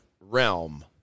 realm